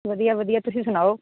ਵਧੀਆ ਵਧੀਆ ਤੁਸੀਂ ਸੁਣਾਓ